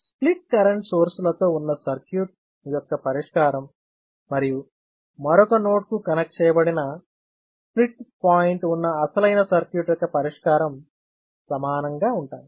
split current సోర్స్లతో ఉన్న circuit యొక్క పరిష్కారం మరియు మరొక నోడ్కు కనెక్ట్ చేయబడిన స్ప్లిట్ పాయింట్ ఉన్న అసలైన సర్క్యూట్ యొక్క పరిష్కారం సమానంగా ఉంటాయి